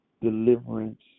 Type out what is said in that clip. deliverance